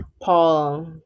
Paul